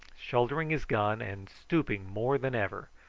shouldering his gun, and stooping more than ever,